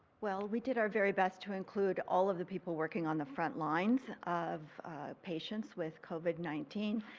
well, we did our very best to include all of the people working on the front lines. of patients with covid nineteen.